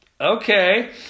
okay